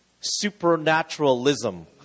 supernaturalism